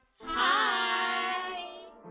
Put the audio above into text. Hi